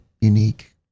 unique